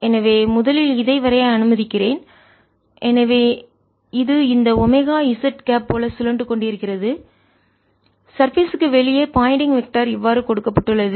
எனவே முதலில் இதை வரைய அனுமதிக்கிறேன் எனவே இது இந்த ஒமேகா z கேப் போல சுழன்று கொண்டிருக்கிறது எனவே சர்பேஸ் மேற்பரப்பு க்கு வெளியே பாயிண்டிங் வெக்டர் திசையன் இவ்வாறு கொடுக்கப்பட்டுள்ளது